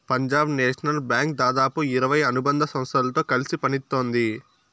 Punjab National Bank దాదాపు ఇరవై అనుబంధ సంస్థలతో కలిసి పనిత్తోంది